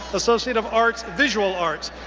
associate of arts, visual arts,